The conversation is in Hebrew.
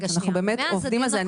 אנחנו באמת עובדים על זה.